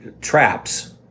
traps